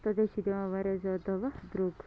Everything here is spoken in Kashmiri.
تَتہِ حظ چھِ دِوان واریاہ زیادٕ دوا درٛوٚگ